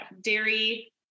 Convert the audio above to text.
dairy